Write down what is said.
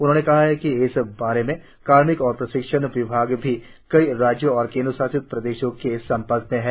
उन्होंने कहा कि इस बारे में कार्मिक और प्रशिक्षण विभाग भी कई राज्यों और केंद्र शासित प्रदेशों के संपर्क में हैं